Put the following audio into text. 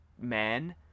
men